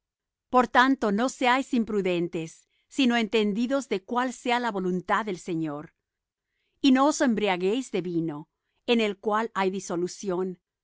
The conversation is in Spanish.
por tanto no seáis imprudentes sino entendidos de cuál sea la voluntad del señor y no os embriaguéis de vino en lo cual hay disolución